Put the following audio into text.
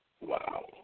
Wow